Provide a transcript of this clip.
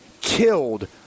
killed